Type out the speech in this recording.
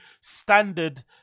standard